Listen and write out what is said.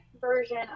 version